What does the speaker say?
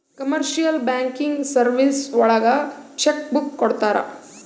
commercial banking services ಒಳಗ cheque book ಕೊಡ್ತಾರ